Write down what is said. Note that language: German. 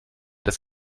dass